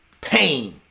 pain